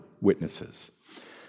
witnesses